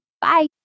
Bye